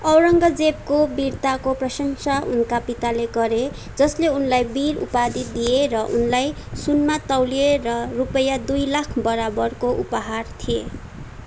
औरङ्गजेबको वीरताको प्रशंसा उनका पिताले गरे जसले उनलाई वीर उपाधि दिए र उनलाई सुनमा तौलिए र रुपैयाँ दुई लाख बराबरको उपहार थिए